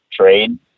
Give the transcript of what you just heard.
trade